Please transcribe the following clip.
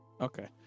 okay